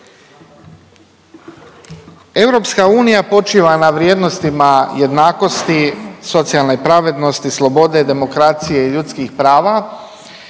EU počiva na vrijednostima jednakosti, socijalne pravednosti, slobode, demokracije i ljudskih prava